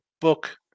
book